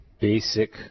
basic